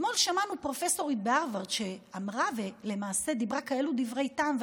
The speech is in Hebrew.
אתמול שמענו פרופסורית בהרווארד שאמרה כאלה דברי טעם,